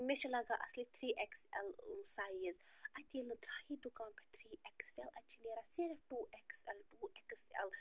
مےٚ چھِ لَگان اصلی تھرٛی اٮ۪کٕس اٮ۪ل سایِز اَتہِ ییٚلہِ نہٕ درٛایی دُکان پٮ۪ٹھ تھرٛی اٮ۪کٕس اٮ۪ل اَتہِ چھُ نیران صِرِف two X L two X L